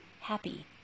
happy